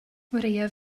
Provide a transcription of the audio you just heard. chwaraea